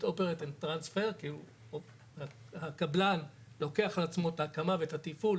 אומרת הקבלן לוקח על עצמו את ההקמה ואת הטיפול